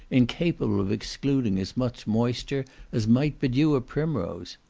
incapable of excluding as much moisture as might bedew a primrose.